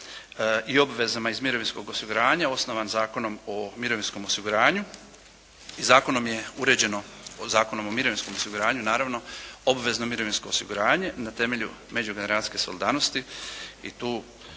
i obvezama iz mirovinskog osiguranja osnovan Zakonom o mirovinskom osiguranju i Zakonom o mirovinskom osiguranju je uređeno obvezno mirovinsko osiguranje na temelju međugeneracijske solidarnosti i tu